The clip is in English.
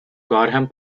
gorham